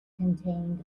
contained